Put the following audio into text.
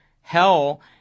hell